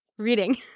Reading